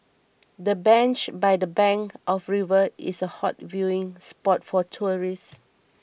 the bench by the bank of the river is a hot viewing spot for tourists